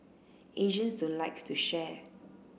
Asians don't like to share